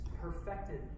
perfected